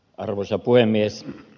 arvoisa puhemies